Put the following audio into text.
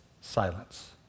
silence